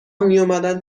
میومدن